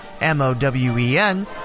M-O-W-E-N